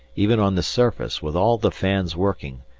even on the surface, with all the fans working,